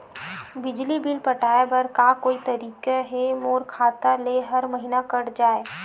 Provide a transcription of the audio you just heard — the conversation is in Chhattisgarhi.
बिजली बिल पटाय बर का कोई तरीका हे मोर खाता ले हर महीना कट जाय?